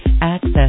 Access